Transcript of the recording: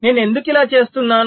నేను ఎందుకు ఇలా చేస్తున్నాను